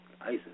ISIS